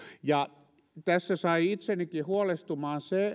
ja tässä sai itsenikin huolestumaan se